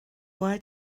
why